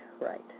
right